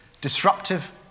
disruptive